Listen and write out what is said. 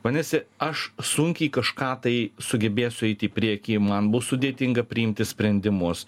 vadinasi aš sunkiai kažką tai sugebėsiu eiti į priekį man bus sudėtinga priimti sprendimus